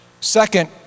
Second